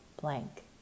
blank